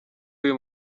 uyu